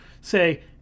say